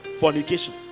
Fornication